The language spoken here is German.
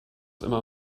immer